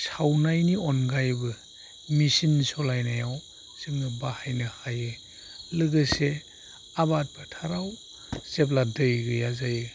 सावनायनि अनगायैबो मेसिन सालायनायाव जोङो बाहायनो हायो लोगोसे आबाद फोथाराव जेब्ला दै गैया जायो